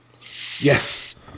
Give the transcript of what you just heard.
yes